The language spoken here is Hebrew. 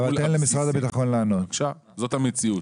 זאת המציאות.